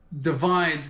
divide